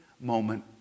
moment